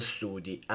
Studi